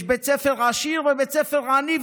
יש בית ספר עשיר ובית ספר עני.